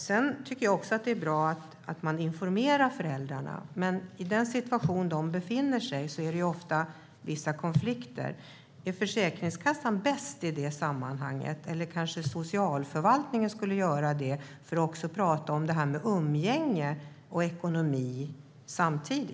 Jag tycker att det är bra att föräldrarna informeras, men i den situation de befinner sig i är det ofta konflikter. Är Försäkringskassan bäst i det sammanhanget, eller skulle kanske socialförvaltningen hantera det så att man samtidigt kan prata om umgänge och ekonomi?